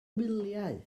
wyliau